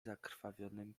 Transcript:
zakrwawionym